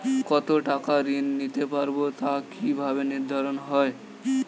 কতো টাকা ঋণ নিতে পারবো তা কি ভাবে নির্ধারণ হয়?